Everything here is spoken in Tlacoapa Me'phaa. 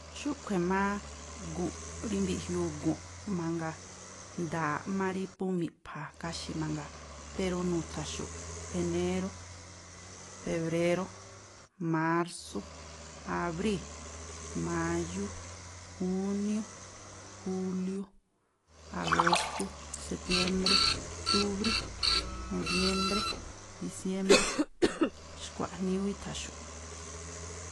Xúꞌkhui̱ má gu̱nꞌ, rí mbiꞌjiuu gu̱nꞌ mangaa. Nda̱a̱ꞌ má rí phú miꞌpha̱a̱ kháxi̱ mangaa, pero nu̱tha̱xu̱ꞌ enérú, febréró, mársú, abríi̱, máyú, júniú, júliú, agóstú, setiémbré, túbrí, nobiémbré, diciémbré. Xkua̱ꞌnii ú i̱tha̱ xu̱ꞌ.